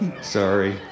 Sorry